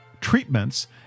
Treatments